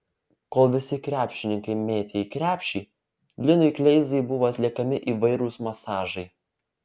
kol visi krepšininkai mėtė į krepšį linui kleizai buvo atliekami įvairūs masažai